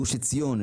גוש עציון,